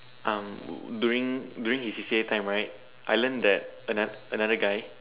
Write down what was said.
um during during his C_C_A time right I learn that anot~ another guy